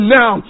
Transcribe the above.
now